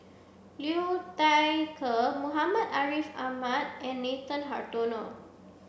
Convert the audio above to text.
Liu Thai Ker Muhammad Ariff Ahmad and Nathan Hartono